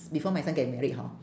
before my son get married hor